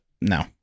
No